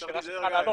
זו שאלה שצריכה לעלות.